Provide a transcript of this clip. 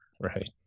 Right